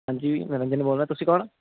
ਹਾਂਜੀ ਨਿਰੰਜਣ ਬੋਲ ਰਿਹਾਂ ਤੁਸੀਂ ਕੌਣ